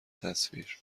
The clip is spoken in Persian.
تصویر